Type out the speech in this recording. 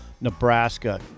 nebraska